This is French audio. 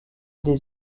des